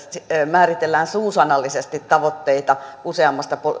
määritellään suusanallisesti tavoitteita esimerkiksi useammasta